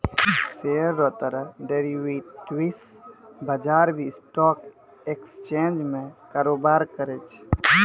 share रो तरह derivatives बजार भी स्टॉक एक्सचेंज में कारोबार करै छै